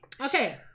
okay